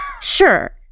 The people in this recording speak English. Sure